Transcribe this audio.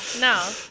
no